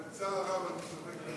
בצער רב אני אסתפק.